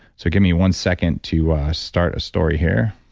so give me one second to start a story here